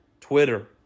Twitter